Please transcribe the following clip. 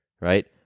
right